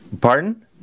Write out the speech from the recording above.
Pardon